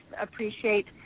appreciate